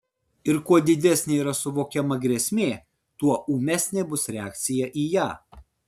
ir kuo didesnė yra suvokiama grėsmė tuo ūmesnė bus reakcija į ją